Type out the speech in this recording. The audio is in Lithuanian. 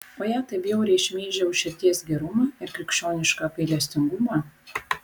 o ją taip bjauriai šmeižia už širdies gerumą ir krikščionišką gailestingumą